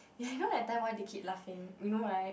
ya you know the time why they keep laughing you know right